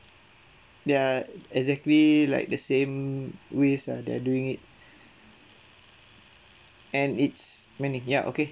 ya exactly like the same ways lah they are doing it and it's many ya okay